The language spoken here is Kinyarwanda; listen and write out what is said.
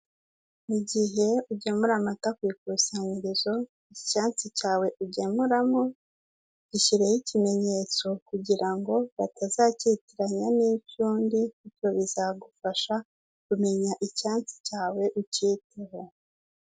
Igihe ugemura amata ku ikusanyirizo, icyansi cyawe ugemuramo gishyireho ikimenyetso kugira ngo batazakitiranya n'icyundi ibyo bizagufasha kumenya icyansi cyawe ukihagera.